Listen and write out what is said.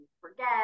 forget